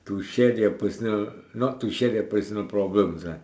to share their personal not to share their personal problems ah